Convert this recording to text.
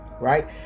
right